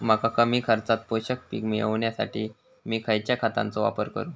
मका कमी खर्चात पोषक पीक मिळण्यासाठी मी खैयच्या खतांचो वापर करू?